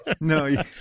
No